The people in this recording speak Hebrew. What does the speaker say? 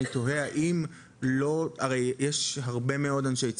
אני תוהה האם -- הרי יש הרבה מאוד אנשי צוות.